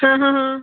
ਹਾਂ ਹਾਂ ਹਾਂ